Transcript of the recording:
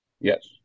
Yes